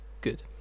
good